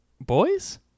boys